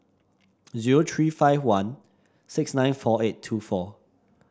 zero three five one six nine four eight two four